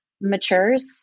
matures